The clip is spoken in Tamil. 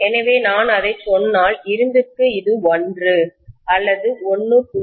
எனவே நான் அதைச் சொன்னால் இரும்பிற்கு இது 1 அல்லது 1